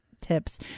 tips